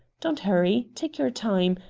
don't hurry. take your time.